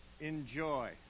enjoy